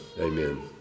amen